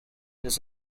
this